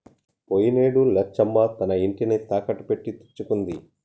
పోయినేడు లచ్చమ్మ తన ఇంటిని తాకట్టు పెట్టి తెచ్చుకుంది